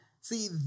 see